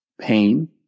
pain